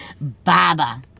Baba